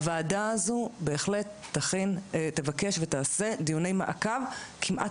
הוועדה הזאת בהחלט תבקש ותעשה דיוני מעקב כמעט